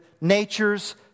nature's